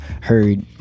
heard